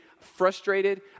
frustrated